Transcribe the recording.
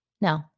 no